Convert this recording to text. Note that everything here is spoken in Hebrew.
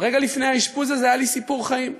אבל לפני האשפוז הזה היה לי סיפור חיים.